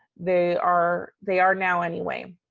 they are they are now anyway,